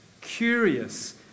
curious